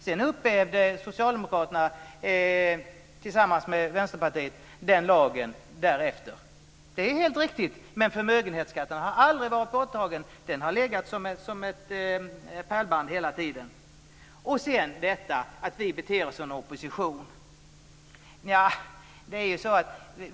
Sedan upphävde Socialdemokraterna tillsammans med Vänsterpartiet den lagen. Det är helt riktigt. Men förmögenhetsskatten har aldrig varit borttagen, utan den har legat som ett pärlband hela tiden. Sedan var det frågan om hur vi beter oss som opposition.